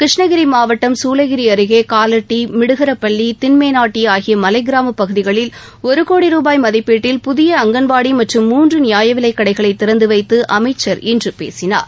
கிருஷ்ணகிரி மாவட்டம் சூளகிரி அருகே காவட்டி மிடுகரப்பள்ளி தின்மேனாட்டி ஆகிய மலைக் கிராமப் பகுதிகளில் ஒரு கோடி ரூபாய் மதிப்பில் புதிய அங்கன்வாடி மற்றும் மூன்று நியாய விலைக் கடைகளை வைத்து திறந்து அமைச்சர் இன்று பேசினார்